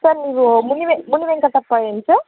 sir ನೀವು ಮುನಿವೆ ಮುನಿವೆಂಕಟಪ್ಪ ಏನು ಸರ್